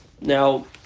Now